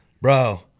Bro